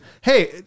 Hey